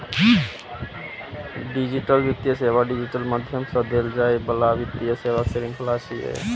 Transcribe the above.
digital वित्तीय सेवा digital माध्यम सं देल जाइ बला वित्तीय सेवाक शृंखला छियै